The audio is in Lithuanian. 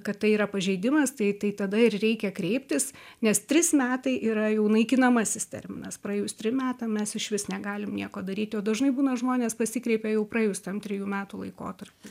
kad tai yra pažeidimas tai tai tada ir reikia kreiptis nes trys metai yra jų naikinamasis terminas praėjus trim metam mes išvis negalim nieko daryti o dažnai būna žmonės pasikreipia jau praėjus tam trejų metų laikotarpiui